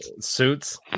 suits